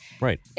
Right